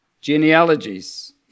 genealogies